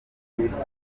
kristo